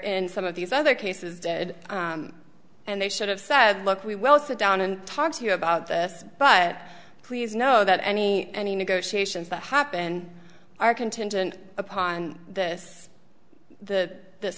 in some of these other cases did and they should have said look we will sit down and talk to you about this but please know that any any negotiations that happen are contingent upon this the